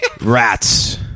Rats